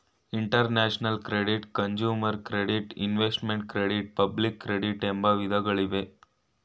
international credit, consumer credit, investment credit public credit ಎಂಬ ವಿಧಗಳಿವೆ